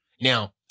Now